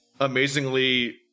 amazingly